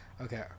Okay